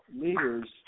leaders